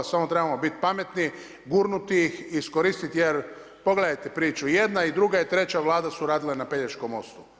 Samo trebamo biti pametni, gurnuti ih, iskoristiti jer pogledajte priču, jedna i druga i treća Vlada su radile na Pelješkom mostu.